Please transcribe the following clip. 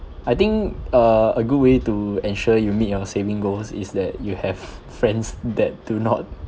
I think uh a good way to ensure you meet your saving goals is that you have friends that do not